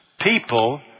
people